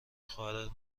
خواهر